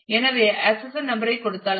எனவே accession number ஐ கொடுத்தால் ஐ